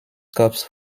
corps